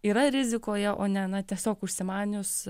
yra rizikoje o ne na tiesiog užsimanius